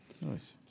nice